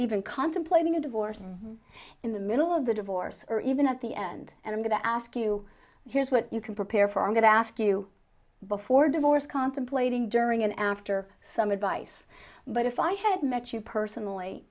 even contemplating a divorce in the middle of the divorce or even at the end and i'm going to ask you here's what you can prepare for i'm going to ask you before divorce contemplating during and after some advice but if i had met you personally